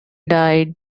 died